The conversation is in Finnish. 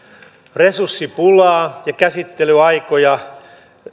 resurssipulaa ja käsittelyaikoja